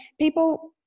people